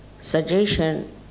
suggestion